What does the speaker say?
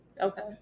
okay